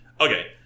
okay